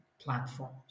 platforms